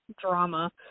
drama